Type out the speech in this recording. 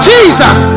Jesus